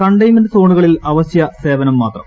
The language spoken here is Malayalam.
കൺടൈൻമെന്റ് സോണുകളിൽ അവശ്യ സേവനം മാത്രം